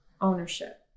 ownership